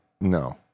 No